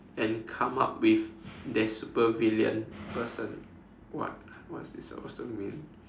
and come up with their super villain person what what is this supposed to mean